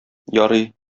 ярый